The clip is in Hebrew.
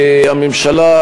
הממשלה,